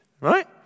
right